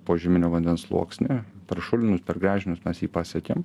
požeminio vandens sluoksnį per šulinius per gręžinius mes jį pasekėm